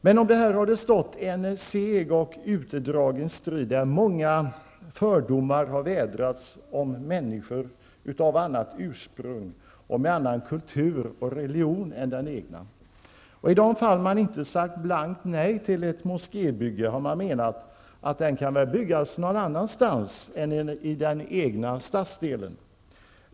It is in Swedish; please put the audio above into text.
Men om detta har stått en seg och utdragen strid där många fördomar har vädrats om människor med annat ursprung och med annan kultur och religion än den egna. I de fall man inte sagt blankt nej till ett moskébyge, har man menat att den kan byggas på någon annan plats än i den egna stadsdelen.